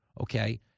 Okay